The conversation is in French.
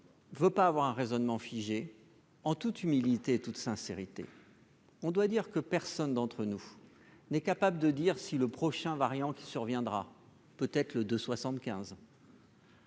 ne veut pas avoir un raisonnement figé en toute humilité toute sincérité, on doit dire que personne d'entre nous n'est capable de dire si le prochain variant qui surviendra peut-être le de 75.